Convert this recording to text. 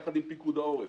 יחד עם פיקוד העורף,